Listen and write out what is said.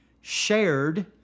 shared